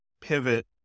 pivot